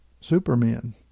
supermen